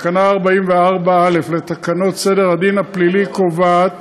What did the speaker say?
תקנה 44א לתקנות סדר-הדין הפלילי קובעת